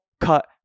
cut